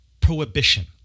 prohibition